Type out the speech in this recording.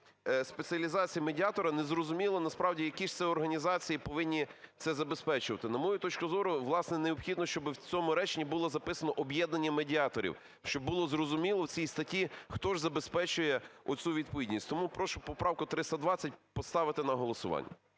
спеціалізації медіатора" не зрозуміло насправді, які ж це організації повинні це забезпечувати. На мою точку зору, власне, необхідно, щоби в цьому реченні було записано "об'єднання медіаторів", щоб було зрозуміло в цій статті, хто ж забезпечує оцю відповідність. Тому прошу поправку 320 поставити на голосування.